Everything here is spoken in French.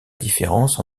différence